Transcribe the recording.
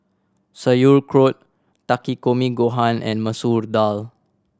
Sauerkraut Takikomi Gohan and Masoor Dal